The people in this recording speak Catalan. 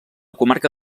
comarca